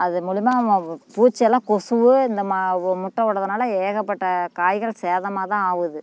அது மூலியமாக பூச்செல்லாம் கொசுவு இந்தமா முட்டை விட்றதுனால ஏகப்பட்ட காய்கள் சேதமாகதான் ஆவுது